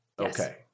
Okay